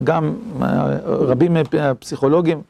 גם רבים הפסיכולוגים.